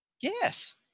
Yes